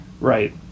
right